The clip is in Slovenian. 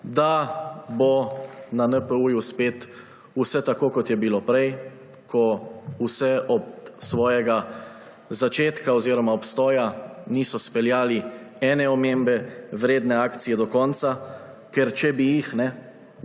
da bo na NPU spet vse tako, kot je bilo prej, ko vse od svojega začetka oziroma obstoja niso speljali ene omembe vredne akcije do konca, ker če bi jih,